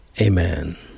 Amen